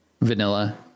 Vanilla